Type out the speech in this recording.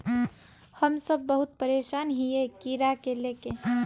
हम सब बहुत परेशान हिये कीड़ा के ले के?